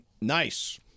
Nice